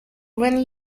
when